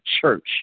church